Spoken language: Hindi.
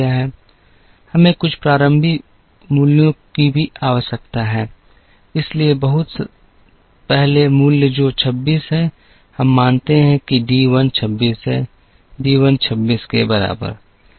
हमें कुछ प्रारंभिक मूल्यों की भी आवश्यकता है इसलिए बहुत पहले मूल्य जो 26 है हम मानते हैं कि डी 1 26 है डी 1 26 के बराबर